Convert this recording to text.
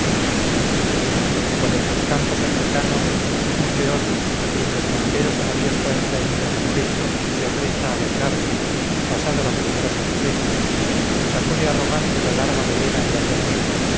cual en los campos africanos un león a quien los monteros han abierto ancha herida en el pecho se apresta a vengarse pasada la primera sorpresa sacude arrogante la larga melena en la cerviz